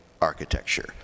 architecture